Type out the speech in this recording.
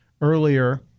earlier